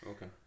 Okay